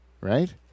right